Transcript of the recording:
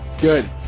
Good